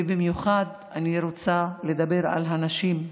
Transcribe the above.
במיוחד אני רוצה לדבר על הנשים,